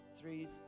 threes